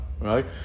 right